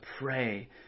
pray